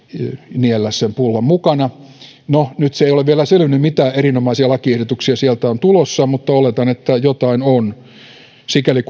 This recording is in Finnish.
niellä sen pullan mukana no nyt se ei ole vielä selvinnyt mitä erinomaisia lakiehdotuksia sieltä on tulossa mutta oletan että jotain on sikäli